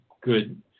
good